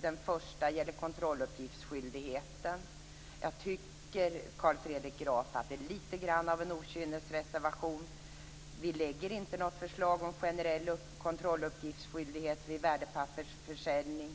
Den första gäller kontrolluppgiftsskyldigheten. Jag tycker, Carl Fredrik Graf, att det är litet grand av en okynnesreservation. Vi lägger inte fram något förslag om generell kontrolluppgiftsskyldighet vid värdepappersförsäljning